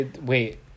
Wait